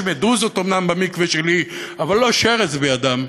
יש מדוזות אומנם במקווה שלי, אבל לא שרץ בידם,